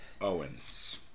Owens